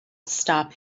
stop